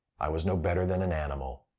i was no better than an animal.